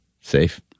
Safe